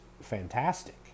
fantastic